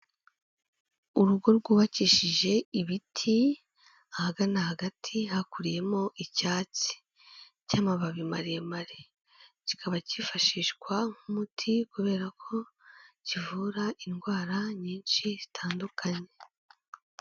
Urugo rwubakishije ibiti ahagana hagati hakuriyemo icyatsi cy'amababi maremare, kikaba cyifashishwa nk'umuti kubera ko kivura indwara nyinshi zitandukanye.